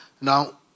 Now